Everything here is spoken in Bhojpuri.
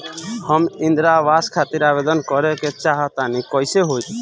हम इंद्रा आवास खातिर आवेदन करे क चाहऽ तनि कइसे होई?